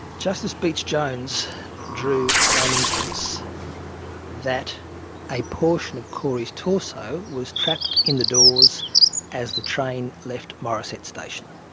justice beech-jones drew an inference that a portion of corey's torso was trapped in the doors as the train left morisset station.